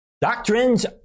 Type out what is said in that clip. Doctrines